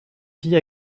vit